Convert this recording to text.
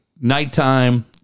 nighttime